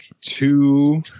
two